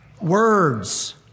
Words